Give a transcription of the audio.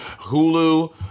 Hulu